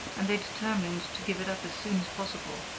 and they determined to give it up as soon as possible,